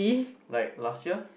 like last year